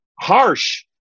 harsh